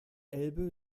elbe